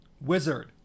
wizard